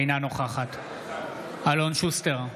אינה נוכחת אלון שוסטר,